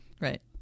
Right